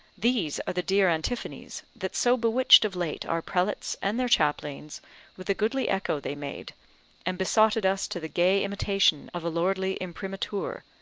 these are the dear antiphonies, that so bewitched of late our prelates and their chaplains with the goodly echo they made and besotted us to the gay imitation of a lordly imprimatur,